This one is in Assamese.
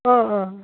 অঁ অঁ